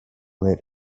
let